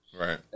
Right